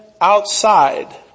outside